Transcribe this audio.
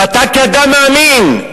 ואתה כאדם מאמין,